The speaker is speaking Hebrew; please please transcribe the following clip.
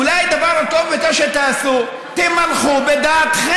אולי הדבר הטוב ביותר שתעשו, תימלכו בדעתכם.